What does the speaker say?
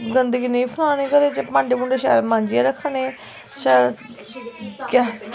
गंदगी नेईं फलानी घरै च भांडे भूंडे मांजियै रक्खने शैल गैस